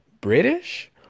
british